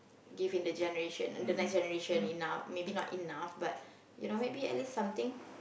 giving the generation the next generation enough maybe not enough but you know maybe at least something